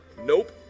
Nope